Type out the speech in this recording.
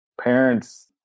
parents